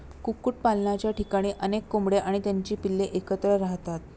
कुक्कुटपालनाच्या ठिकाणी अनेक कोंबड्या आणि त्यांची पिल्ले एकत्र राहतात